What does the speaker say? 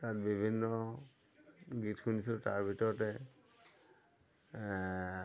তাত বিভিন্ন গীত শুনিছিলোঁ তাৰ ভিতৰতে